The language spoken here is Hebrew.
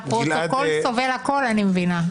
הפרוטוקול סובל הכול, אני מבינה.